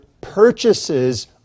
purchases